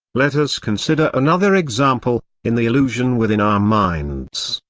let us consider another example in the illusion within our minds,